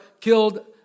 killed